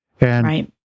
Right